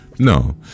No